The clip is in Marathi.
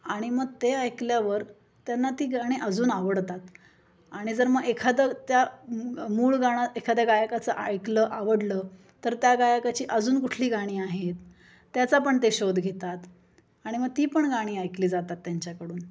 आणि मग ते ऐकल्यावर त्यांना ती गाणी अजून आवडतात आणि जर मग एखादं त्या मूळ गाणं एखाद्या गायकाचं ऐकलं आवडलं तर त्या गायकाची अजून कुठली गाणी आहेत त्याचा पण ते शोध घेतात आणि मग ती पण गाणी ऐकली जातात त्यांच्याकडून